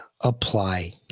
apply